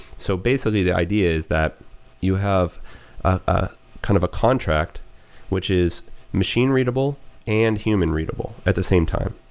so basically, the idea is that you have a kind of contract which is machine readable and human readable at the same time.